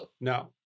No